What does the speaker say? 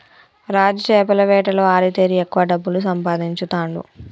రాజు చేపల వేటలో ఆరితేరి ఎక్కువ డబ్బులు సంపాదించుతాండు